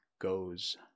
goes